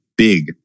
Big